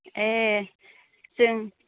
ए जों